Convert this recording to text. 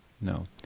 No